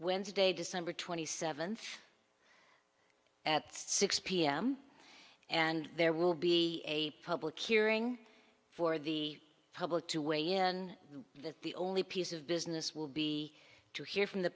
wednesday december twenty seventh at six pm and there will be a public hearing for the public to weigh in and the only piece of business will be to hear from the